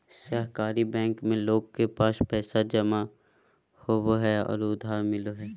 सहकारी बैंक में लोग के पैसा जमा होबो हइ और उधार मिलो हइ